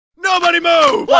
nobody move!